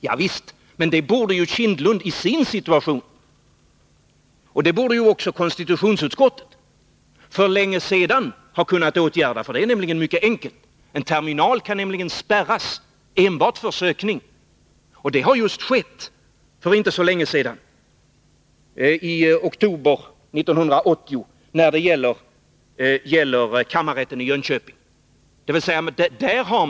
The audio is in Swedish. Ja visst, men det borde Bengt Kindbom i sin situation och även konstitutionsutskottet för länge sedan ha kunnat åtgärda. Det är nämligen mycket enkelt. En terminal kan spärras enbart för sökning. Det skedde för inte så länge sedan när det gällde kammarrätten i Jönköping, nämligen i oktober 1980.